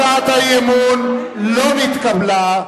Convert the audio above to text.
הצעת האי-אמון לא נתקבלה,